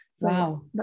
wow